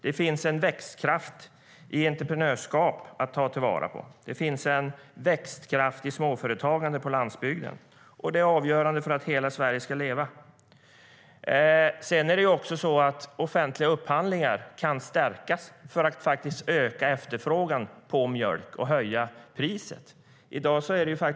Det finns en växtkraft, ett entreprenörskap att ta till vara i småföretagandet på landsbygden, och det är avgörande för att hela Sverige ska leva. Offentliga upphandlingar kan också stärkas för att faktiskt öka efterfrågan på mjölk och höja priset.